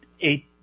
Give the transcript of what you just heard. eight